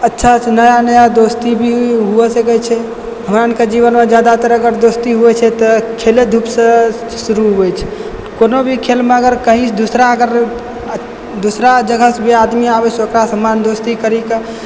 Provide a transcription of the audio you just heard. अच्छासँ नया नया दोस्ती भी हुए सकैत छै हमरा अरके जीवनमे जादातर अगर दोस्ती होइत छै तऽ खेले धूपसँ शुरू होइत छै कोनो भी खेल मे अगर कही दूसरा अगर दूसरा जगहसँ भी आदमी आबैत छै ओकरासँ दोस्ती करीकऽ